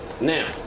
Now